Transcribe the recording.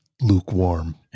Lukewarm